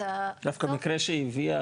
דווקא המקרה שהיא הביאה,